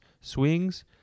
swings